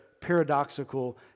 paradoxical